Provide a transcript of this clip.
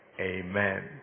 amen